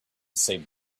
save